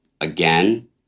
again